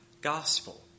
gospel